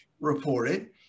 reported